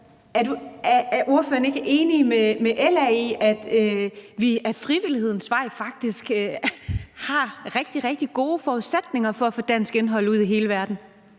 Mathiesen ikke enig med LA i, at vi ad frivillighedens vej faktisk har rigtig, rigtig gode forudsætninger for at få dansk indhold ud i hele verden?